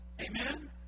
Amen